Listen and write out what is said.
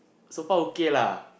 so far okay lah